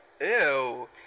Ew